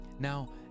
Now